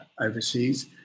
overseas